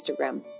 Instagram